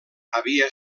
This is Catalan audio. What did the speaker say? havia